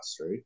right